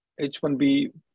H1B